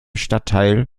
stadtteil